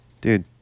dude